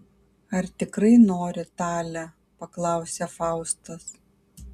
ar tikrai nori tale paklausė faustas